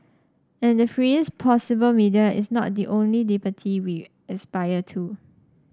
and the freest possible media is not the only liberty we aspire to